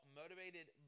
motivated